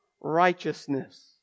righteousness